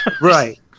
right